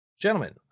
gentlemen